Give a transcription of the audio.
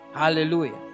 hallelujah